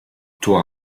tor